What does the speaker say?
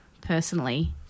personally